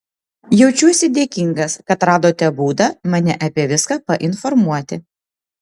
jaučiuosi dėkingas kad radote būdą mane apie viską painformuoti